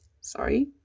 sorry